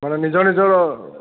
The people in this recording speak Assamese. মানে নিজৰ নিজৰ